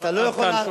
עד כאן.